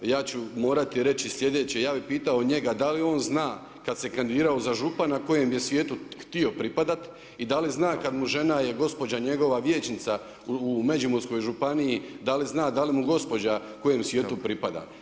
I ja ću morati reći sljedeće, ja bi pitao njega da li on zna kada se kandidirao za župana kojem je svijetu htio pripadat i da li zna kada mu žena je gospođa njegova vijećnica u Međimurskoj županiji da li zna da li mu gospođa kojem svijetu pripada.